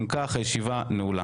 אם כך, הישיבה נעולה.